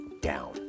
down